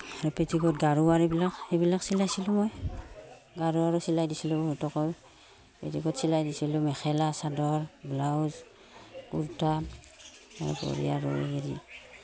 আৰু পেটিকোট গাৰু ওৱাৰ এইবিলাক সেইবিলাক চিলাইছিলোঁ মই গাৰু ওৱাৰো চিলাই দিছিলোঁ সিহঁতকৰ পেটিকোট চিলাই দিছিলোঁ মেখেলা চাদৰ ব্লাউজ কুৰ্তা তাৰোপৰি আৰু হেৰি